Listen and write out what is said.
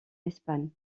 espagne